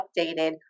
updated